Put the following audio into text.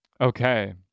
okay